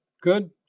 good